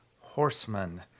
horsemen